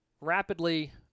rapidly